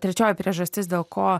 trečioji priežastis dėl ko